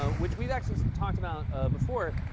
ah which we've actually talked about ah before,